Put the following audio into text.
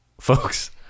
Folks